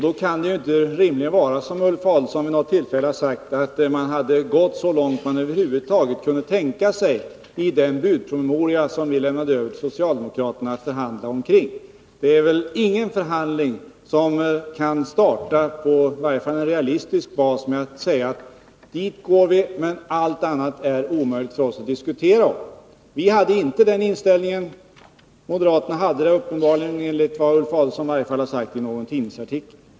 Då kan det ju inte rimligen vara så, som Ulf Adelsohn vid något tillfälle har sagt, att man hade gått så långt som man över huvud taget kunde tänka sig i den budpromemoria som vi lämnade över till socialdemokraterna att förhandla om. Ingen förhandling kan väl starta —i varje fall på realistisk bas — med att man säger att dit går vi men allt annat är omöjligt för oss att diskutera. Vi hade inte den inställningen. Moderaterna hade den uppenbarligen, i varje fall enligt vad Ulf Adelsohn har sagt i någon tidningsartikel.